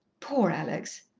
poor alex!